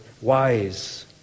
wise